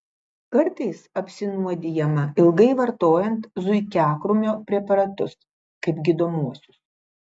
kartais apsinuodijama ilgai vartojant zuikiakrūmio preparatus kaip gydomuosius